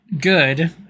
good